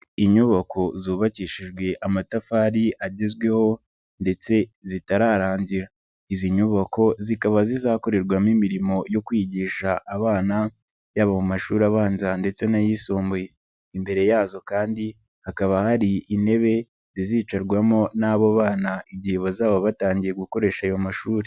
Inyubako zubakishijwe amatafari agezweho ndetse zitararangira, izi nyubako zikaba zizakorerwamo imirimo yo kwigisha abana, yaba mu mashuri abanza ndetse n'ayisumbuye, imbere yazo kandi hakaba hari intebe zizicarwamo n'abo bana igihe bazaba batangiye gukoresha ayo mashuri.